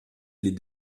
les